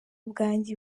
bwanjye